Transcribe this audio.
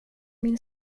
min